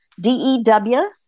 D-E-W